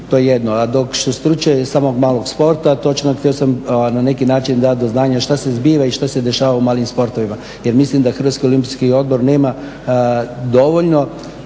To je jedno. A dok, što se tiče samog malog sporta točno, htio sam na neki način dati do znanja šta se zbiva i šta se dešava u malim sportovima jer mislim da Hrvatski olimpijski odbor nema dovoljno